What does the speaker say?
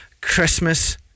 Christmas